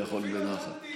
וקיצרתי